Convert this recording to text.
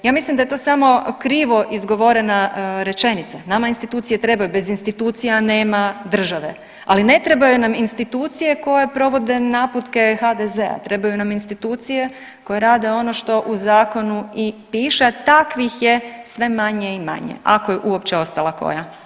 Ja mislim da je to samo krivo izgovorena rečenica, nama institucije trebaju, bez institucija nema države, ali ne trebaju nam institucije koje provode naputke HDZ-a, trebaju nam institucije koje rade ono što u zakonu i piše, a takvih je sve manje i manje ako je uopće ostala koja.